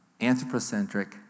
anthropocentric